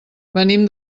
venim